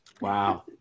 Wow